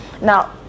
Now